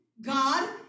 God